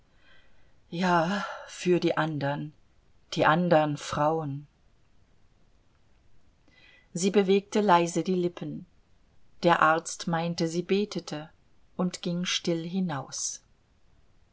ja für die andern die andern frauen sie bewegte leise die lippen der arzt meinte sie betete und ging still hinaus